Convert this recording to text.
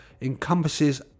encompasses